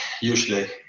usually